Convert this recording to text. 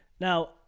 Now